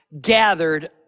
gathered